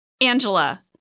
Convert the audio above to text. Angela